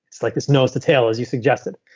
it's like this nose to tail as you suggested.